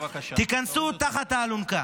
תיכנסו תחת האלונקה.